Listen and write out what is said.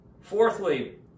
Fourthly